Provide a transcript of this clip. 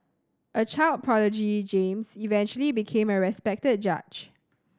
a child prodigy James eventually became a respected judge